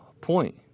point